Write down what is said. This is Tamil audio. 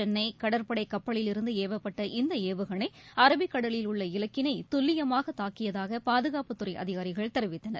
சென்னை கடற்படை கப்பலில் இருந்து ஏவப்பட்ட இந்த ஏவுகணை அரபிக்கடலில் உள்ள இலக்கினை துல்லியமாக தாக்கியதாக பாதுகாப்புத்துறை அதிகாரிகள் தெரிவித்தனர்